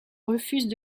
refusent